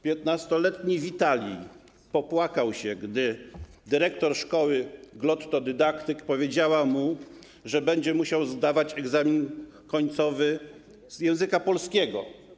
15-letni Witalij popłakał się, gdy dyrektor szkoły, glottodydaktyk, powiedziała mu, że będzie musiał zdawać egzamin końcowy z języka polskiego.